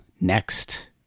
next